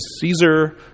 Caesar